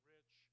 rich